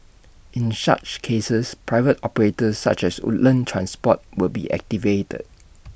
in such cases private operators such as Woodlands transport will be activated